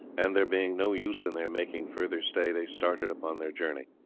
and there being no use in their making further stay, they started upon their journey.